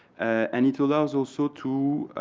and it allows also to